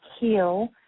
heal